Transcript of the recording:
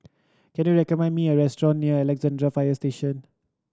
can you recommend me a restaurant near Alexandra Fire Station